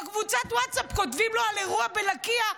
בקבוצת ווטסאפ כותבים לו על אירוע בלקיה,